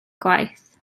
gwaith